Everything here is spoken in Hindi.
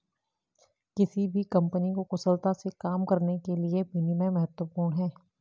किसी भी कंपनी को कुशलता से काम करने के लिए विनियम महत्वपूर्ण हैं